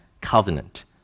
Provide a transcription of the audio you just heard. covenant